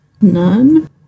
None